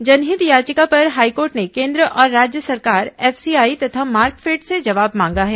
जनहित याचिका पर हाईकोर्ट ने केन्द्र और राज्य सरकार एफसीआई तथा मार्कफेड से जवाब मांगा है